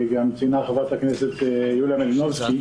וגם ציינה חברת הכנסת יוליה מלינובסקי,